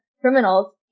criminals